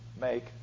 make